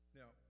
now